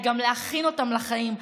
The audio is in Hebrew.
היא גם להכין אותם לחיים,